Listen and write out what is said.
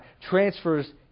transfers